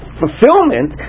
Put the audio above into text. fulfillment